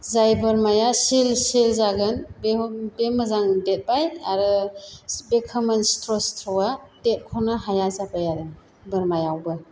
जाय बोरमाया सिल सिल जागोन बे मोजां देरबाय आरो बे खोमोन सिथ्र' सिथ्र'आ देरख'नो हाया जाबाय आरो बोरमायावबो